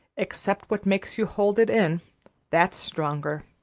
except what makes you hold it in that's stronger.